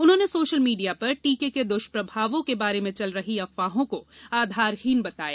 उन्होंने social media पर टीके के दुष्प्रभावों के बारे में चल रही अफवाहों को आधारहीन बताया